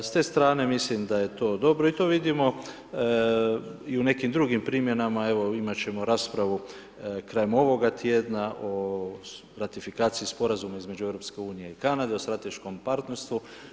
S te strane mislim da je to dobro i to vidimo i u nekim drugim primjenama, evo imati ćemo raspravu krajem ovoga tjedna o ratifikaciji Sporazuma između EU i Kanade o strateškom partnerstvu.